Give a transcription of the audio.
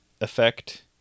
effect